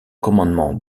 commandement